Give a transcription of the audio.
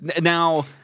Now